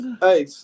Hey